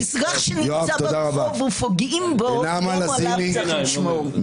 האזרח שנמצא ברחוב ופוגעים בו, עליו צריך לשמור.